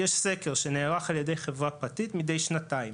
יש סקר שנערך ע"י חברה פרטית מדי שנתיים.